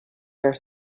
here